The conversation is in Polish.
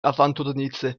awanturnicy